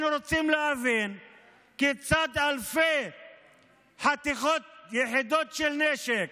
אנחנו רוצים להבין כיצד אלפי יחידות של נשק